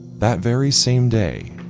that very same day,